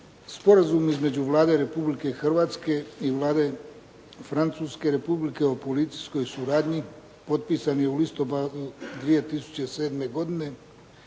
Sporazum između Vlade Republike Hrvatske i Vlade Francuske Republike o policijskoj suradnji potpisani u listopadu 2007. godine